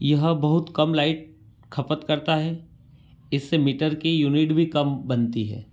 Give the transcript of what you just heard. यह बहुत कम लाइट खपत करता है इससे मीटर की यूनिट भी कम बनती है